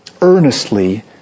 earnestly